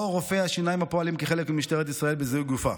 או רופאי השיניים הפועלים כחלק ממשטרת ישראל בזיהוי גופה.